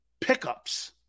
pickups